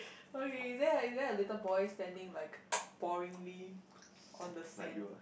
okay is there is there a little boy standing like boringly on the sand